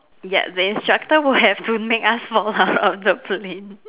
ya the instructor would have to make us fall out of the plane